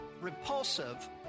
repulsive